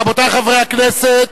רבותי חברי הכנסת,